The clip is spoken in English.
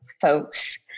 folks